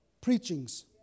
preachings